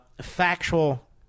factual